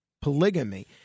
Polygamy